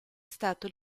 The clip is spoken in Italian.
stato